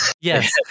Yes